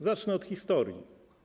Zacznę od historii.